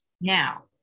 Now